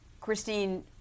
Christine